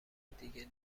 دیگه